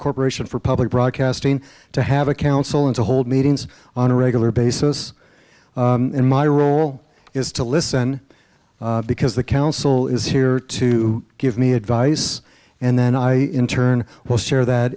corporation for public broadcasting to have a council and to hold meetings on a regular basis and my role is to listen because the council is here to give me advice and then i in turn will share that